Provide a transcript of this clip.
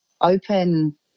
open –